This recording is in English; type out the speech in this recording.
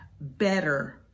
better